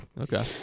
Okay